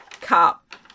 Cup